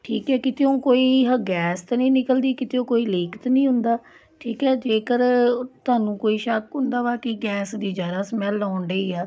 ਠੀਕ ਹੈ ਕਿਤਿਓਂ ਕੋਈ ਹ ਗੈਸ ਤਾਂ ਨਹੀਂ ਨਿਕਲਦੀ ਕਿਤਿਓਂ ਕੋਈ ਲੀਕ ਤਾਂ ਨਹੀਂ ਹੁੰਦਾ ਠੀਕ ਹੈ ਜੇਕਰ ਤੁਹਾਨੂੰ ਕੋਈ ਸ਼ੱਕ ਹੁੰਦਾ ਵਾ ਕਿ ਗੈਸ ਦੀ ਜ਼ਿਆਦਾ ਸਮੈੱਲ ਆਉਣ ਡਈ ਆ